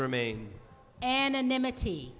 remain anonymity